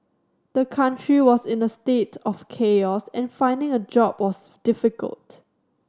the country was in a state of chaos and finding a job was difficult